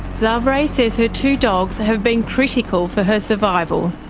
zavrae says her two dogs have been critical for her survival.